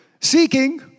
Seeking